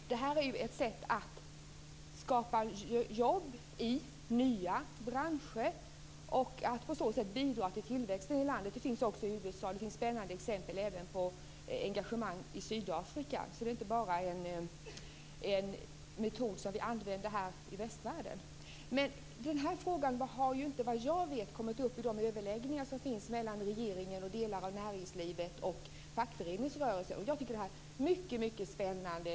Detta är ett sätt att skapa jobb i nya branscher och att på så sätt bidra till tillväxten i landet. Sådant här finns också i USA. Det finns även spännande exempel på engagemang i Sydafrika. Det är alltså inte bara fråga om en metod som vi i västvärlden använder. Såvitt jag vet har frågan inte kommit upp i de överläggningar som sker mellan regeringen och delar av näringslivet och fackföreningsrörelsen. Jag tycker att det här är mycket spännande.